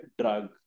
drug